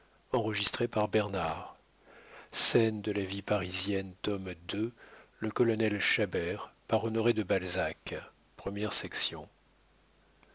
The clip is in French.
scènes de la vie parisienne tome ii author honoré de balzac